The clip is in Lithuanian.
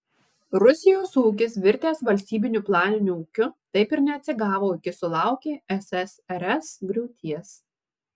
rusijos ūkis virtęs valstybiniu planiniu ūkiu taip ir neatsigavo iki sulaukė ssrs griūties